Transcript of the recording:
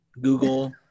Google